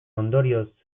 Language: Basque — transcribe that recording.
ondorioz